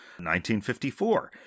1954